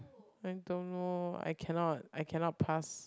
I don't know I cannot I cannot pass